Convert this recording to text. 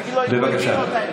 בבקשה.